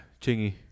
Chingy